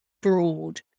broad